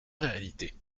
réalité